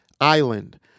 island